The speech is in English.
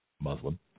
Muslim